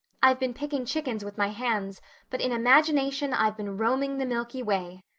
i've been picking chickens with my hands but in imagination i've been roaming the milky way.